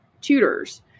tutors